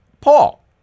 Paul